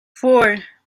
four